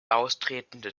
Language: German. austretende